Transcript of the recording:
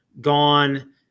gone